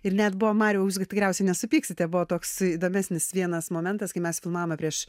ir net buvo mariaus tikriausiai nesupyksite buvo toks įdomesnis vienas momentas kai mes filmavome prieš